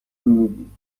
میدهید